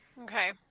Okay